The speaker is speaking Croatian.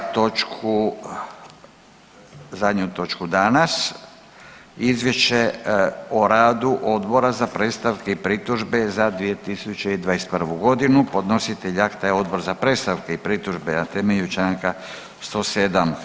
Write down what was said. Imamo sada točku, zadnju točku danas: - Izvješće o radu Odbora za predstavke i pritužbe za 2021. godinu Podnositelj akta je Odbor za predstavke i pritužbe na temelju Članka 107.